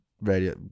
radio